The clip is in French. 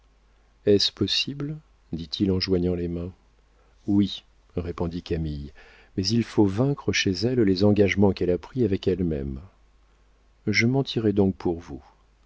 est-ce possible dit-il en joignant les mains oui répondit camille mais il faut vaincre chez elle les engagements qu'elle a pris avec elle-même je mentirai donc pour vous